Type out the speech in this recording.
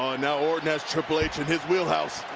ah now orton has triple h in his wheelhouse.